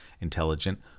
Intelligent